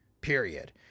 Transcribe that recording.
period